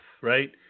right